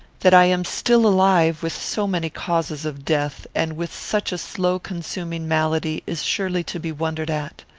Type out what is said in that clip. that i am still alive, with so many causes of death, and with such a slow-consuming malady, is surely to be wondered at.